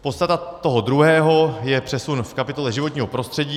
Podstata druhého je přesun v kapitole životního prostředí.